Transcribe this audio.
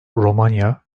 romanya